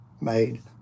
made